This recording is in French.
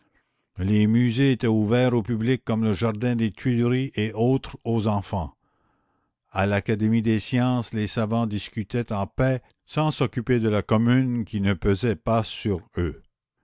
les musées étaient ouverts au public comme le jardin des tuileries et autres aux enfants a l'académie des sciences les savants discutaient en paix sans s'occuper de la commune qui ne pesait pas sur eux